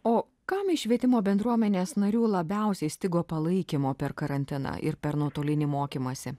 o kam iš švietimo bendruomenės narių labiausiai stigo palaikymo per karantiną ir per nuotolinį mokymąsi